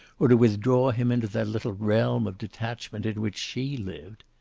or to withdraw him into that little realm of detachment in which she lived.